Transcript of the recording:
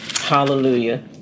Hallelujah